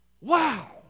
Wow